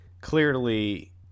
clearly